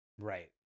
Right